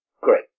Great